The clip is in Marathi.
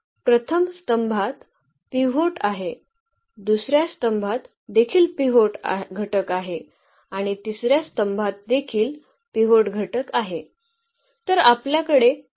प्रथम स्तंभात पिव्होट आहे दुसर्या स्तंभात देखील पिव्होट घटक आहे आणि तिसर्या स्तंभात देखील पिव्होट घटक आहे